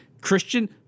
Christian